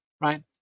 right